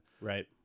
Right